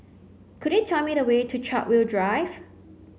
could you tell me the way to Chartwell Drive